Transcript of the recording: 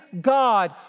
God